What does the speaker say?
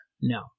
No